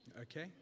okay